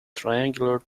triangular